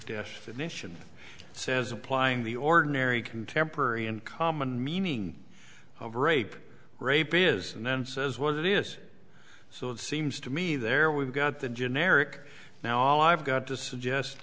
destination says applying the ordinary contemporary and common meaning of rape rape is and then says what it is so it seems to me there we've got the generic now all i've got t